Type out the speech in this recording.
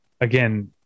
again